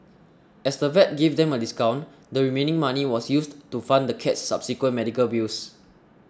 as the vet gave them a discount the remaining money was used to fund the cat's subsequent medical bills